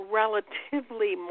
relatively